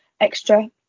extra